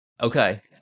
Okay